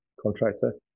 contractor